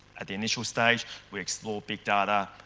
at the initial stage we explore big data